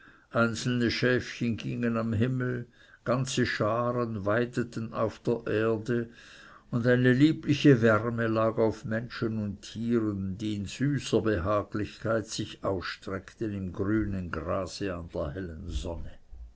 einzelne schäfchen gingen am himmel ganze scharen weideten auf der erde und eine liebliche wärme lag auf menschen und tieren die in süßer behaglichkeit sich ausstreckten im grünen grase an der hellen sonne